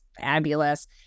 fabulous